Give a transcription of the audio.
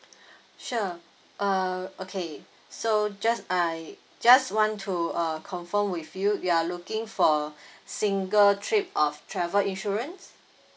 sure uh okay so just I just want to uh confirm with you you are looking for single trip of travel insurance